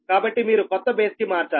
కాబట్టి మీరు కొత్త బేస్ కి మార్చాలి